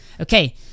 Okay